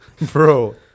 Bro